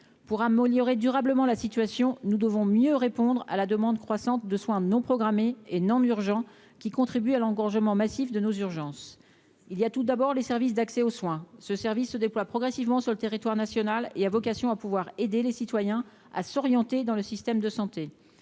mot aurait durablement la situation, nous devons mieux répondre à la demande croissante de soins non programmés et non urgents qui contribue à l'engorgement massif de nos urgences il y a tout d'abord les services d'accès aux soins, ce service se déploie progressivement sur le territoire national et a vocation à pouvoir aider les citoyens à s'orienter dans le système de santé